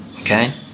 okay